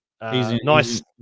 nice